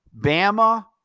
Bama